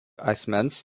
asmens